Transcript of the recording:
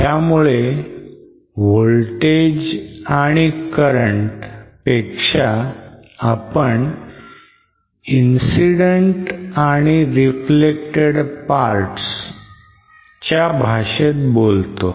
त्यामुळे voltage आणि current पेक्षा आपण incident आणि reflected parts च्या भाषेत बोलतो